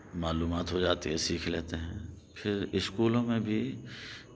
معلومات ہو جاتی ہے سیکھ لیتے ہیں پھر اسکولوں میں بھی